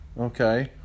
okay